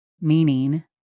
Meaning